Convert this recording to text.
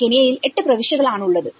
കെനിയയിൽ 8 പ്രവിശ്യകൾ ആണുള്ളത്